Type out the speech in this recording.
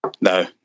no